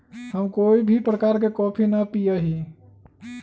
हम कोई भी प्रकार के कॉफी ना पीया ही